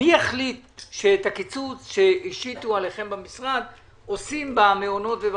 מי החליט שאת הקיצוץ שהשיתו עליכם במשרד עושים במעונות ובמשפחתונים?